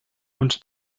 und